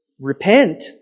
repent